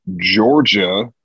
Georgia